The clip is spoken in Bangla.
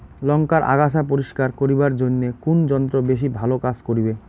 লংকার আগাছা পরিস্কার করিবার জইন্যে কুন যন্ত্র বেশি ভালো কাজ করিবে?